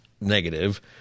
negative